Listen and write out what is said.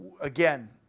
Again